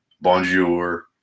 bonjour